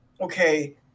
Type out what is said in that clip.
okay